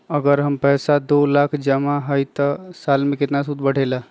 अगर हमर पैसा दो लाख जमा है त साल के सूद केतना बढेला?